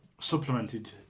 supplemented